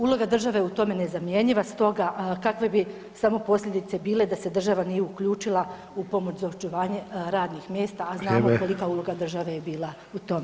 Uloga države je u tome nezamjenjiva, stoga kakve bi same posljedice bile da se država nije uključila u pomoć za očuvanje radnih mjesta, a znamo kolika je uloga države bila u tome.